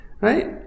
right